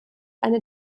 eine